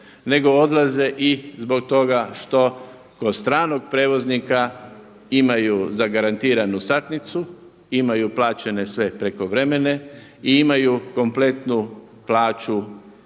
nego odlaze i zbog toga što kod stranog prijevoznika imaju zagarantiranu satnicu, imaju plaćene sve prekovremene i imaju kompletnu plaću